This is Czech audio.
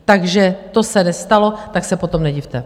Takže to se nestalo, tak se potom nedivte!